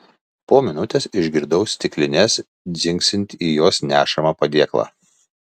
po minutės išgirdau stiklines dzingsint į jos nešamą padėklą